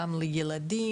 גם לילדים,